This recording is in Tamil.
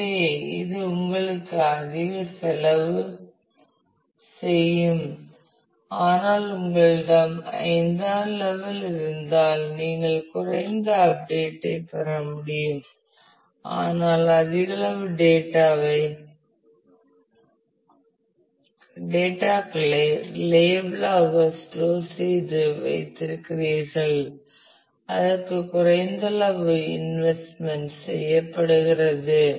எனவே இது உங்களுக்கு அதிக செலவு செய்யும் ஆனால் உங்களிடம் 5 ஆம் லெவல் இருந்தால் நீங்கள் குறைந்த அப்டேட் ஐ பெற முடியும் ஆனால் அதிக அளவு டேட்டா களை ரிலையபிள் ஆக ஸ்டோர் செய்து வைத்திருக்கிறீர்கள் அதற்கு குறைந்த அளவு இன்வெஸ்ட்மென்ட் செய்யப்படுகிறது